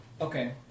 Okay